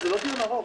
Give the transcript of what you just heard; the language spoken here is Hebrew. זה לא דיון ארוך.